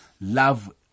love